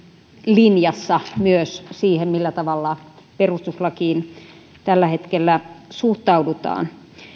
linjassa myös siihen millä tavalla perustuslakiin tällä hetkellä suhtaudutaan